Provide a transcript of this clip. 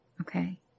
Okay